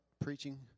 preaching